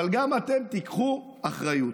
אבל גם אתם תיקחו אחריות.